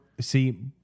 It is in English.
see